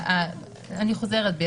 אני חוזרת בי.